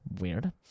Weird